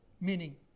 meaning